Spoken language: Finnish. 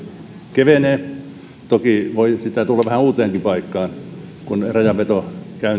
kevenee toki voi sitä tulla vähän uuteenkin paikkaan kun rajanvetoja